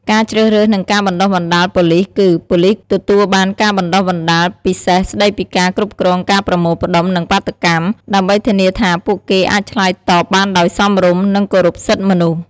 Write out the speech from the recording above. ការជ្រើសរើសនិងការបណ្តុះបណ្តាលប៉ូលីសគឺ ប៉ូលីសទទួលបានការបណ្តុះបណ្តាលពិសេសស្តីពីការគ្រប់គ្រងការប្រមូលផ្តុំនិងបាតុកម្ម ដើម្បីធានាថាពួកគេអាចឆ្លើយតបបានដោយសមរម្យ និងគោរពសិទ្ធិមនុស្ស។